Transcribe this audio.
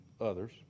others